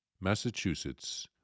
Massachusetts